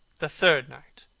the third night.